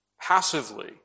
passively